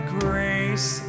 grace